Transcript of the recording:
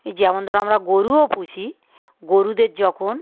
এই যেমন ধরো আমরা গরুও পুষি গরুদের যখন